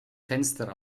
fenster